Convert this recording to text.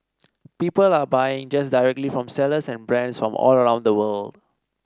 people are buying just directly from sellers and brands from all around the world